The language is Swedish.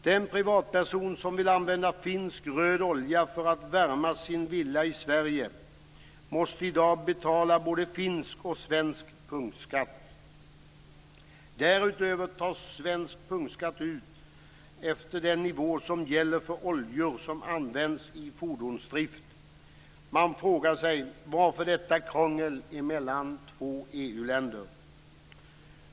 Den privatperson som vill använda finsk röd olja för att värma sin villa i Sverige måste i dag betala både finsk och svensk punktskatt. Därutöver tas svensk punktskatt ut efter den nivå som gäller för oljor som används i fordonsdrift. Man frågar sig: Varför detta krångel mellan två EU-länder?